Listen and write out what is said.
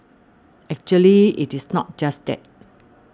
actually it is not just that